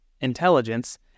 intelligence